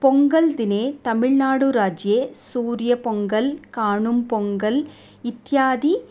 पोङ्गल् दिने तमिळ्नाडुराज्ये सूर्य पोङ्गल् काणुं पोङ्गल् इत्यादि